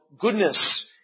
goodness